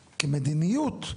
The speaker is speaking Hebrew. כמדיניות,